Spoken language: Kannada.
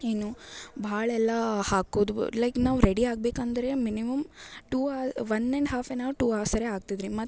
ಇನ್ನು ಭಾಳ ಎಲ್ಲ ಹಾಕೋದು ಲೈಕ್ ನಾವು ರೆಡಿ ಆಗಬೇಕಂದ್ರೆ minimum two hours one and half an hour two ಹವರ್ಸ್ರೇ ಆಗ್ತ ಇದ್ರಿ ಮತ್ತು